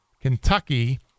Kentucky